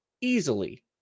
easily